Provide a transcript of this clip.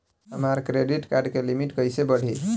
हमार credit card के limit कइसे बढ़ी?